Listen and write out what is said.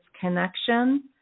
connection